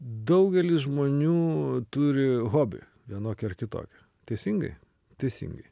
daugelis žmonių turi hobį vienokį ar kitokį teisingai teisingai